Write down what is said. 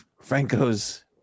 Franco's